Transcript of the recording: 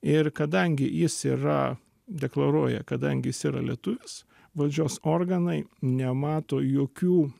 ir kadangi jis yra deklaruoja kadangi jis yra lietuvis valdžios organai nemato jokių